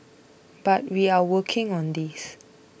but we are working on this